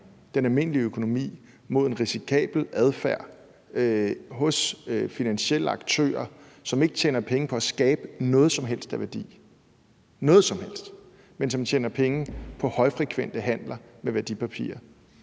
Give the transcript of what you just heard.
den almindelige økonomi mod en risikabel adfærd hos finansielle aktører, som ikke tjener penge på at skabe noget som helst af værdi – noget som helst – men som tjener penge på højfrekvente handler med værdipapirer.